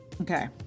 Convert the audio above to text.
Okay